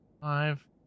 five